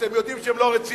אתם יודעים שהם לא רציניים.